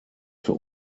für